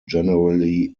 generally